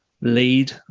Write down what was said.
lead